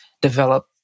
develop